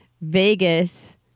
Vegas